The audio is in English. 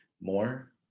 More